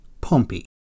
Pompey